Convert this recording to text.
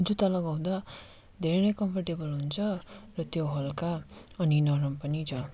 जुत्ता लगाउँदा धेरै नै कम्फर्टेबल हुन्छ र त्यो हल्का अनि नरम पनि छ